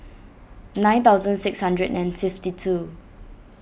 nine thousand six hundred and fifty two